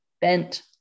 bent